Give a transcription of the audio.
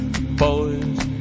boys